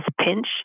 pinch